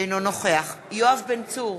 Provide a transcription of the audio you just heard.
אינו נוכח יואב בן צור,